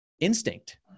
instinct